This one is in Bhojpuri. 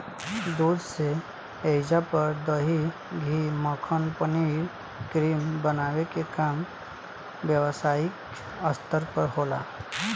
दूध से ऐइजा पर दही, घीव, मक्खन, पनीर, क्रीम बनावे के काम व्यवसायिक स्तर पर होला